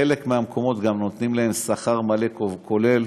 חלק מהמקומות גם נותנים להם שכר מלא, כולל